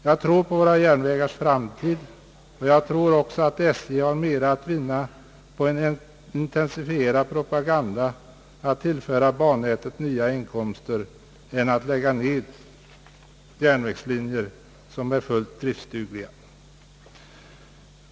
Jag tror på våra järnvägars framtid och anser att SJ har mer att vinna på en intensifierad propaganda för att tillföra bannätet nya inkomster än på att lägga ned järnvägslinjer, som är fullt driftsdugliga.